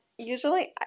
usually